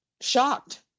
shocked